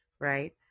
right